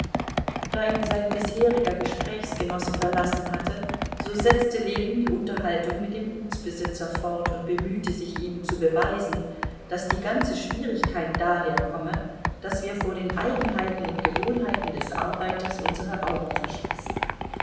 da ihn sein bisheriger gesprächsgenosse verlassen hatte so setzte ljewin die unterhaltung mit dem gutsbesitzer fort und bemühte sich ihm zu beweisen daß die ganze schwierigkeit daher komme daß wir vor den eigenheiten und gewohnheiten des arbeiters unsere augen verschließen